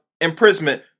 imprisonment